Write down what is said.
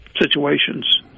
situations